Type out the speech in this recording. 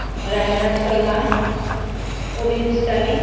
Radhanath Sharma Prabin Goswami